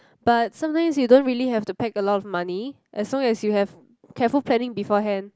but sometimes you don't really have to pack a lot of money as long as you have careful planning before hand